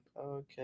okay